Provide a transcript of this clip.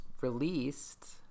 released